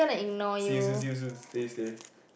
see you soon see you soon stay stay